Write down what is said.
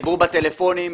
דיברו בטלפונים,